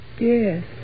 Yes